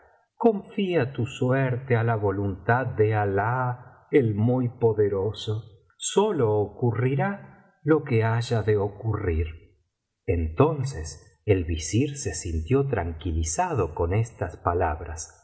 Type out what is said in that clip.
confía tu suerte á la voluntad da alah el muy poderoso sólo ocurrirá lo que haya de ocurrir entonces el visir se sintió tranquilizado con estas palabras